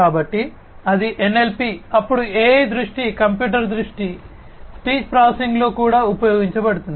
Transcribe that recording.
కాబట్టి అది ఎన్ఎల్పి అప్పుడు AI దృష్టి కంప్యూటర్ దృష్టి స్పీచ్ ప్రాసెసింగ్లో కూడా ఉపయోగించబడింది